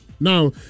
Now